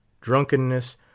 drunkenness